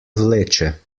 vleče